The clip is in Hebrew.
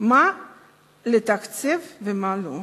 מה לתקצב ומה לא?